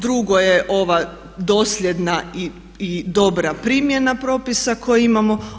Drugo je ova dosljedna i dobra primjena propisa koje imamo.